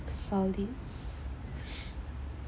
solid